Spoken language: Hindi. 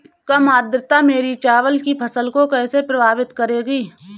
कम आर्द्रता मेरी चावल की फसल को कैसे प्रभावित करेगी?